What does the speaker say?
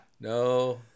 no